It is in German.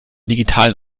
digitalen